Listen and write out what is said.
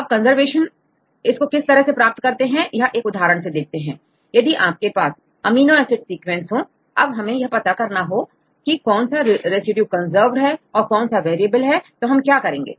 अब कंजर्वेशन इसको किस तरह से प्राप्त करते हैं एक उदाहरण से देखते हैं यदि आपके पास अमीनो एसिड सीक्वेंस हो अब हमें यह पता करना हो कि कौन सा रेसिड्यू कंजर्व और कौन सा वेरिएबल है तो हम क्या करेंगे